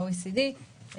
ה-OECD,